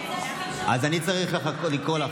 אז אני צריך לקרוא לך